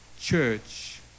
church